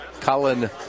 Colin